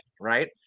right